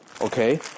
okay